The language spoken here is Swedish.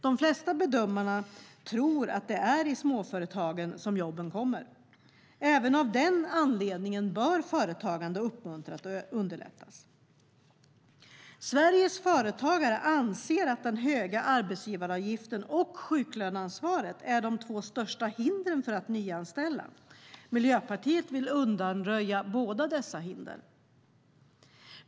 De flesta bedömare tror att det är i småföretagen som jobben kommer. Även av den anledningen bör företagande uppmuntras och underlättas. Sveriges företagare anser att den höga arbetsgivaravgiften och sjuklöneansvaret är de två största hindren för att nyanställa. Miljöpartiet vill undanröja båda dessa hinder.